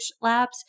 labs